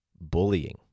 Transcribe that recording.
bullying